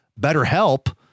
BetterHelp